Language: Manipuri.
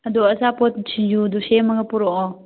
ꯑꯗꯣ ꯑꯆꯥꯄꯣꯠ ꯁꯤꯡꯖꯨꯗꯣ ꯁꯦꯝꯃꯒ ꯄꯨꯔꯛꯑꯣ